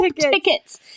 tickets